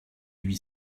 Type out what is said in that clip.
lui